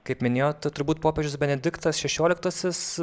kaip minėjot turbūt popiežius benediktas šešioliktasis